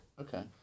Okay